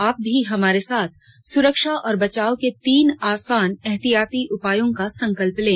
आप भी हमारे साथ सुरक्षा और बचाव के तीन आसान एहतियाती उपायों का संकल्प लें